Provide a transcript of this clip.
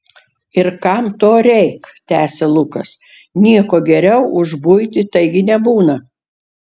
ir kam to reik tęsė lukas nieko geriau už buitį taigi nebūna